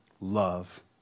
love